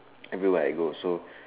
everywhere I go so